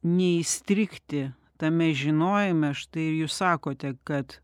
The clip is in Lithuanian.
neįstrigti tame žinojime štai ir jūs sakote kad